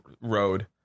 road